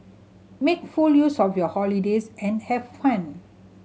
make full use of your holidays and have fun